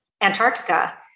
Antarctica